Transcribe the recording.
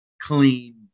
clean